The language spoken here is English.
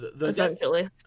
Essentially